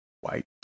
white